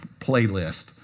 playlist